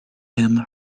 him